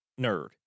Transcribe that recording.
nerd